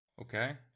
okay